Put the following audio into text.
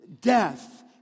death